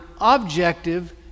objective